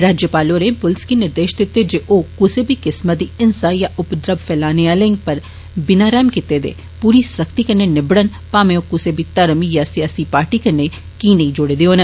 governor होरें पुलस गी निर्देष दित्ते जे ओह् कुसा बी किस्मा दी हिंसा यां उपद्रव फैलाने आह्लें पर बिना रैह्म कीते दे पूरी सख्ती कन्नै निब्बड़न भामें ओह् कुसा बी धर्म यां सियासी पार्टी कन्नै कीह् नेई जुड़े दे होन